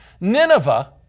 Nineveh